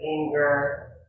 anger